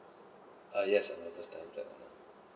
err yes I understand that